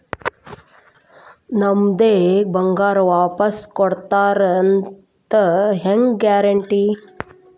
ನಮ್ಮದೇ ಬಂಗಾರ ವಾಪಸ್ ಕೊಡ್ತಾರಂತ ಹೆಂಗ್ ಗ್ಯಾರಂಟಿ?